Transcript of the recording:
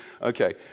Okay